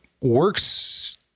works